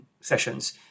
sessions